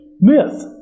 myth